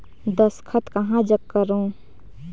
दस्खत कहा जग करो?